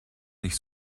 nicht